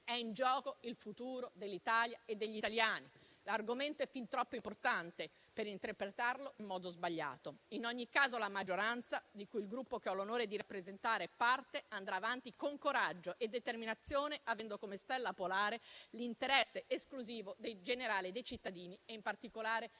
È in gioco il futuro dell'Italia e degli italiani. L'argomento è fin troppo importante per interpretarlo in modo sbagliato. In ogni caso, la maggioranza, di cui il Gruppo che ho l'onore di rappresentare è parte, andrà avanti, con coraggio e determinazione, avendo come stella polare l'interesse esclusivo e generale dei cittadini, in particolare